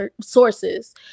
sources